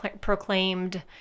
proclaimed